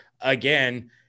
again